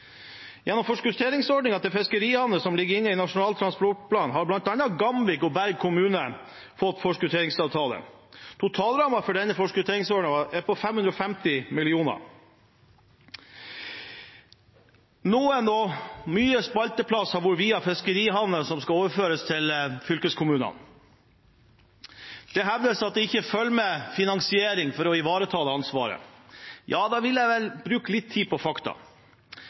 Gjennom forskutteringsordningen for fiskerihavner som ligger inne i Nasjonal transportplan, har bl.a. Gamvik og Berg kommuner fått forskutteringsavtale. Totalrammen for denne forskutteringsavtalen er på 550 mill. kr. Det er viet mye spalteplass til fiskerihavnene, som skal overføres til fylkeskommunene. Det hevdes at det ikke følger med finansiering for å ivareta det ansvaret. Da vil jeg bruke litt tid på fakta: